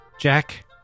Jack